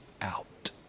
out